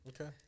Okay